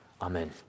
Amen